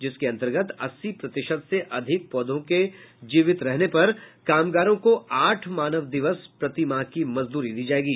जिसके अन्तर्गत अस्सी प्रतिशत से अधिक पौधों के जीवित रहने पर कामगारों को आठ मानव दिवस प्रतिमाह की मजदूरी दी जायेगी